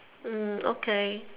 okay